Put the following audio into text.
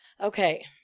okay